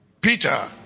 Peter